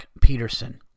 Peterson